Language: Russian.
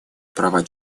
прав